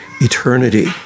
eternity